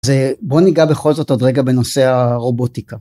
זה בוא ניגע בכל זאת עוד רגע בנושא הרובוטיקה.